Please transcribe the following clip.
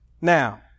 Now